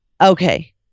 Okay